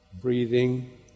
breathing